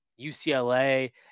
UCLA –